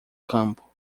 campo